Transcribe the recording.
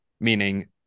meaning